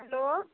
hello